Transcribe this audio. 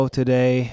today